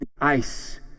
ice